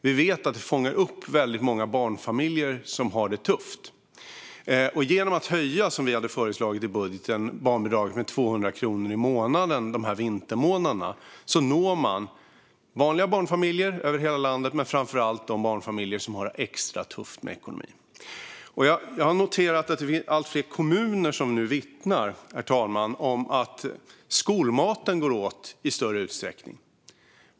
Vi vet att det fångar upp väldigt många barnfamiljer som har det tufft. Genom att höja barnbidraget, som vi hade föreslagit i budgeten, med 200 kronor i månaden under de här vintermånaderna skulle man nå vanliga barnfamiljer över hela landet men framför allt de barnfamiljer som har det extra tufft med ekonomin. Jag har noterat att allt fler kommuner nu vittnar, herr talman, om att skolmaten går åt i större utsträckning.